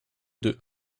deux